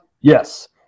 yes